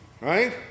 right